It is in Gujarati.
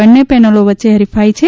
બન્ને પેનલો વચ્ચે હરીફાઇ છે